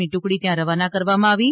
ની ટુકડી ત્યાં રવાના કરવામાં આવી છે